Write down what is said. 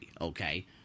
Okay